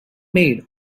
made